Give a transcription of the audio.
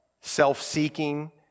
Self-seeking